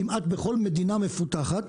כמעט בכל מדינה מפותחת,